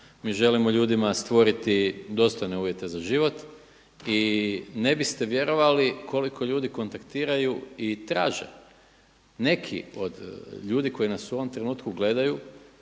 Mi želimo ljudima stvoriti dostojne uvjete za život i ne biste vjerovali koliko ljudi kontaktiraju i traže. Neki od ljudi koji nas u ovom trenutku gledaju